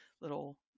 little